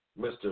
Mr